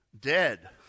Dead